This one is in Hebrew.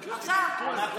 סוכר.